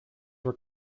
were